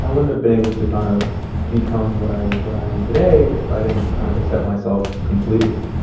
i wouldn't have been able to kind of become what i what i am today if i didn't kind of accept myself completely.